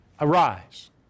arise